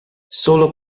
solo